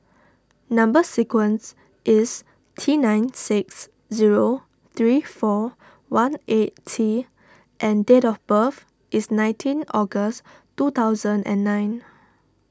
Number Sequence is T nine six zero three four one eight T and date of birth is nineteen August two thousand and nine